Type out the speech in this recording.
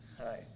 Hi